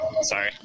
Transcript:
Sorry